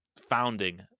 founding